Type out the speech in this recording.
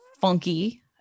funky